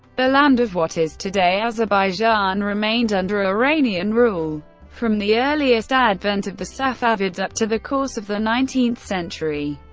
the land of what is today azerbaijan remained under iranian rule from the earliest advent of the safavids up to the course of the nineteenth century.